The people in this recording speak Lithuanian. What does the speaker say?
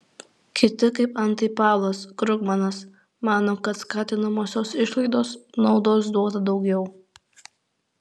kiti kaip antai paulas krugmanas mano kad skatinamosios išlaidos naudos duoda daugiau